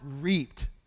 reaped